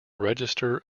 register